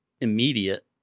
immediate